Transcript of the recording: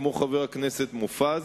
כמו חבר הכנסת מופז,